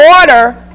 order